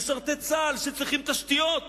משרתי צה"ל שצריכים תשתיות,